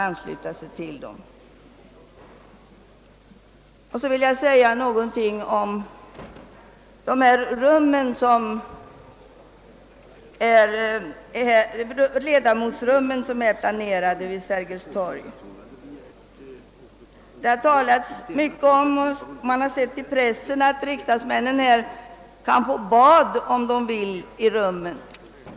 Jag vill också säga några ord om de ledamotsrum som planerats vid Sergels torg. Det har talats mycket om dessa, och i pressen har vi kunnat läsa att riksdagsledamöterna om de så vill kan få bad i rummen.